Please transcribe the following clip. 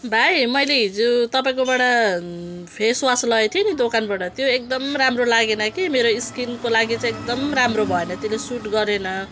भाइ मैले हिजो तपाईँकोबाट फेसवास लगेको थिएँ नि दोकानबाट त्यो एकदम राम्रो लागेन कि मेरो स्किनको लागि चाहिँ एकदम राम्रो भएन त्यसले सुट गरेन